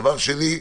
דבר שני,